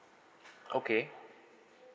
okay